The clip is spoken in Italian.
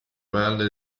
valle